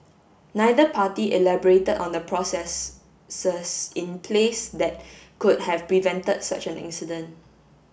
neither party elaborated on the process in place that could have prevented such an incident